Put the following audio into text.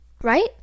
right